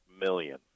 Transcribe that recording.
million